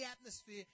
atmosphere